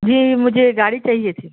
جی مجھے گاڑی چاہیے تھی